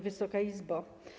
Wysoka Izbo!